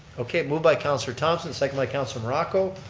okay moved by counselor thompson, second by counselor morocco,